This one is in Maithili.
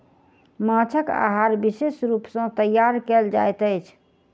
माँछक आहार विशेष रूप सॅ तैयार कयल जाइत अछि